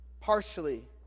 partially